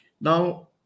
Now